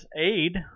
aid